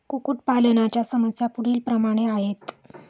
कुक्कुटपालनाच्या समस्या पुढीलप्रमाणे आहेत